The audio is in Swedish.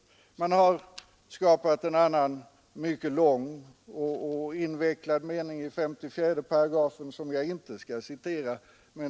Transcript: Man har också skapat en annan mycket lång och invecklad mening i 54 § som jag inte skall citera.